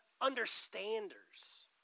understanders